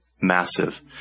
massive